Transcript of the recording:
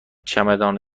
چمدان